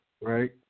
right